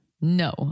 No